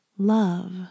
Love